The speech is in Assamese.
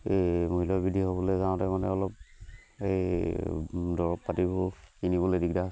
এই মূল্য বৃদ্ধি হ'বলৈ যাওঁতে মানে অলপ এই দৰৱ পাতিবোৰ কিনিবলে দিগদাৰ